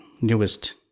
newest